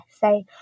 say